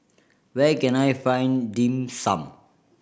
where can I find Dim Sum